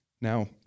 Now